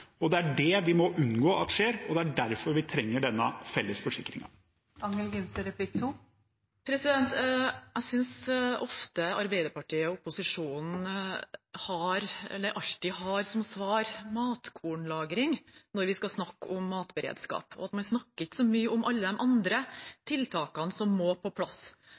Det er det vi må unngå at skjer, og det er derfor vi trenger denne felles forsikringen. Jeg synes ofte – eller alltid – Arbeiderpartiet og opposisjonen har matkornlagring som svar når vi skal snakke om matberedskap, og man snakker ikke så mye om alle de andre tiltakene som må på plass.